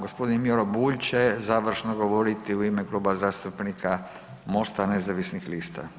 Gospodin Miro Bulj će završno govoriti u ime Kluba zastupnika MOST-a nezavisnih lista.